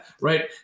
right